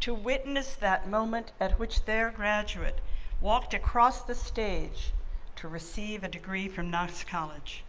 to witness that moment at which their graduate walked across the stage to receive a degree from knox college.